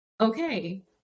okay